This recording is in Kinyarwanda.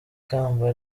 kamba